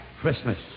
Christmas